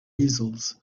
easels